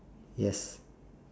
yes